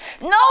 No